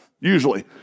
Usually